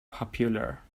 popular